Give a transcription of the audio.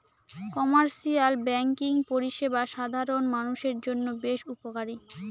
commercial banking পরিষেবা সাধারণ মানুষের জন্য বেশ উপকারী